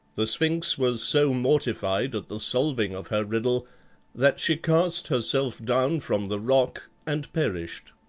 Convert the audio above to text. the sphinx was so mortified at the solving of her riddle that she cast herself down from the rock and perished.